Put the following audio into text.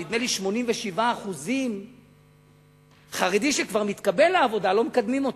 נדמה לי 87% חרדי שכבר מתקבל לעבודה לא מקדמים אותו,